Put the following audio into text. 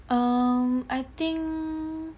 um I think